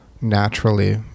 naturally